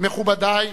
מכובדי,